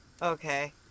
Okay